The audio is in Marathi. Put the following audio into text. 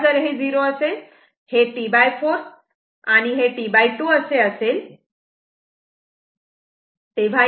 तेव्हा जर हे 0 असेल हे T4 आणि हे T2 असे असेल